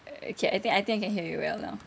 err okay I think I think I can hear you well now